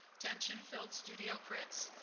tension-filled studio crits,